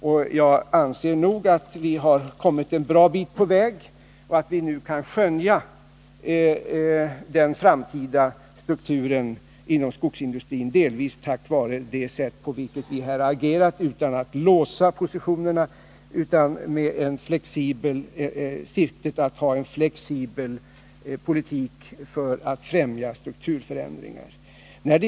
Och jag anser nog att vi har kommit en bra bit på väg och att vi nu kan skönja den framtida strukturen inom skogsindustrin — delvis tack vare det sätt på vilket vi har agerat utan att låsa positionerna men med syfte att ha en flexibel politik för att främja strukturförändringar.